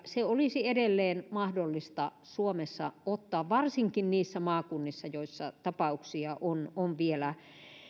se olisi edelleen mahdollista suomessa ottaa varsinkin niissä maakunnissa joissa tapauksia on on vielä